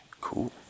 Cool